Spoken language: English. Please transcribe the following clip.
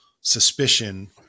suspicion